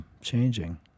changing